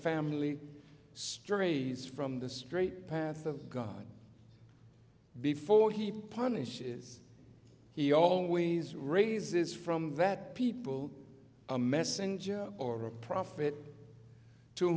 family strays from the straight path of god before he punish is he always raises from that people a messenger or a prophet to